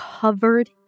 covered